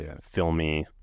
filmy